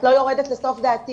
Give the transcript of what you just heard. את לא יורדת לסוף דעתי.